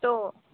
તો